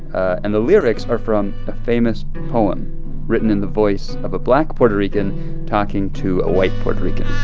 and the lyrics are from a famous poem written in the voice of a black puerto rican talking to a white puerto rican